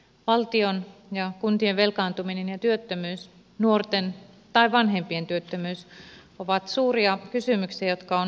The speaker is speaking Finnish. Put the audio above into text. valtion ja kuntien velkaantuminen ja työttömyys nuorten tai vanhempien työttömyys ovat suuria kysymyksiä jotka on ratkaistava